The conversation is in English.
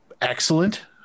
excellent